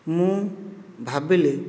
ମୁଁ ଭାବିଲି